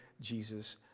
Jesus